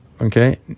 Okay